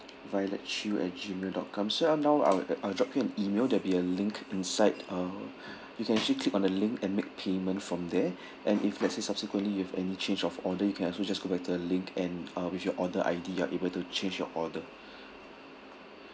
violet chew at gmail dot com so um now I will I'll drop you an email there'll be a link inside uh you can actually click on the link and make payment from there and if let's say subsequently you have any change of order you can also just go back to the link and uh with your order I_D you are able to change your order